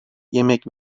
yemek